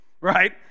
right